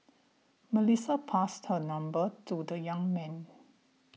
Melissa passed her number to the young man